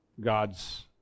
God's